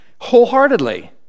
Wholeheartedly